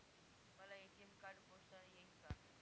मला ATM card पोस्टाने येईल का?